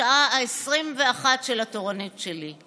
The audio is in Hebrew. בשעה ה-21 של התורנות שלי.